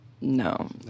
no